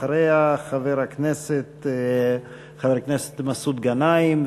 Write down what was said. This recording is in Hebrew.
אחריה, חבר הכנסת מסעוד גנאים.